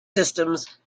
systems